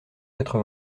quatre